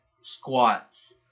squats